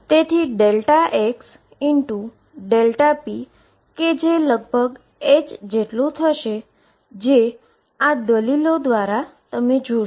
તેથી ΔxΔp∼h થશે જે તમે આ દલીલ દ્વારા જોશો